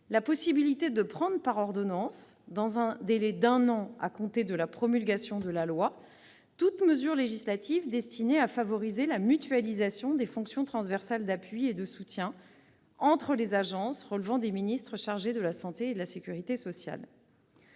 la possibilité de prendre par ordonnance, dans un délai d'un an à compter de la promulgation de la loi, toutes mesures législatives destinées à favoriser la mutualisation des fonctions transversales d'appui et de soutien entre les agences relevant des ministres chargés de la santé et de la sécurité sociale.